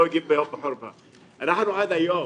לא הגיב ב --- אנחנו עד היום,